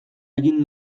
egin